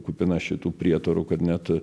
kupina šitų prietarų kad net